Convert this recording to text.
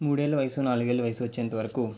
మూడేళ్ళ వయసు నాలుగేళ్ళ వయసు వచ్చేంత వరకు